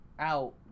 out